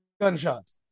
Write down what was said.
gunshots